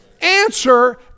Answer